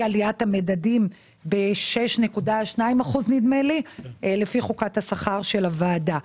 עליית המדדים ב-6.2% לפי חוקת השכר של הוועדה.